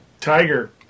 Tiger